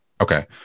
okay